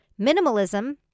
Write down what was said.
minimalism